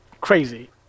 crazy